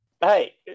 hey